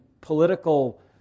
political